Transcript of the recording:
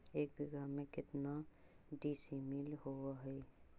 एक बीघा में केतना डिसिमिल होव हइ?